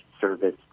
service